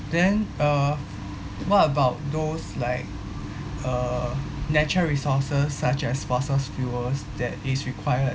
then uh what about those like uh natural resources such as fossil fuels that is required